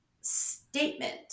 statement